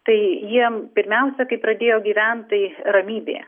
tai jiem pirmiausia kai pradėjo gyvent tai ramybė